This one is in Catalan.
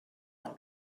del